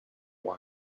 why